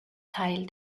teil